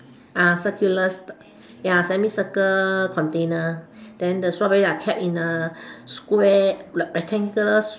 uh circular ya semi circle container then the strawberries are kept in a square rectangular